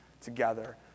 together